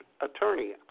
attorney